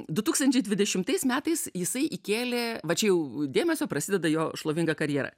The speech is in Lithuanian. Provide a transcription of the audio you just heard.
du tūkstančiai dvidešimtais metais jisai įkėlė va čia jau dėmesio prasideda jo šlovinga karjera